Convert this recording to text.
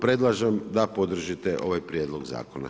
Predlažem da podržite ovaj Prijedlog Zakona.